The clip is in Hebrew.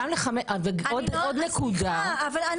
עוד נקודה --- חייבים להבין גם את